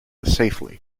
safely